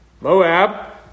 Moab